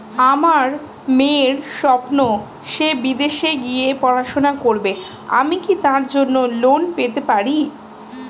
আমার মেয়ের স্বপ্ন সে বিদেশে গিয়ে পড়াশোনা করবে আমি কি তার জন্য লোন পেতে পারি?